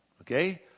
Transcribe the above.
okay